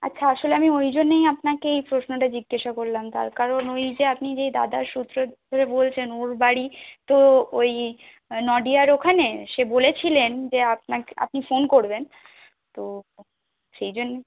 আচ্ছা আসলে আমি ওই জন্যেই আপনাকে এই প্রশ্নটা জিজ্ঞেসা করলাম তার কারণ ওই যে আপনি যে দাদার সূত্র ধরে বলছেন ওর বাড়ি তো ওই নাদিয়ার ওখানে সে বলেছিলেন যে আপনি ফোন করবেন তো সেই জন্যে